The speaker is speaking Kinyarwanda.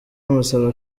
amusaba